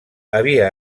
havia